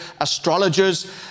astrologers